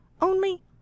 Only